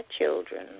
children